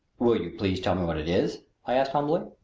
will you please tell me what it is? i asked humbly.